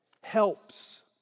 helps